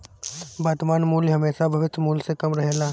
वर्तमान मूल्य हेमशा भविष्य मूल्य से कम रहेला